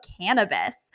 cannabis